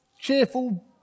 cheerful